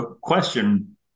question